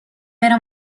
بره